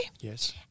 Yes